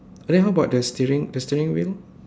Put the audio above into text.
then how about the steering the steering wheel